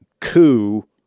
coup